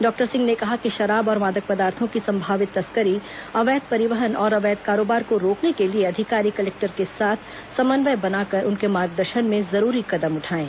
doctor Singh ने कहा कि शराब और मादक पदार्थों के संभावित तस्करी अवैध परिवहन और अवैध कारोबार को रोकने के लिए अधिकारी कलेक्टर के साथ समन्वय बनाकर उनके मार्गदर्शन में जरूरी कदम उठाएं